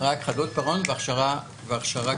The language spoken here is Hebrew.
רק חדלות פירעון והכשרה כלכלית.